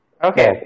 Okay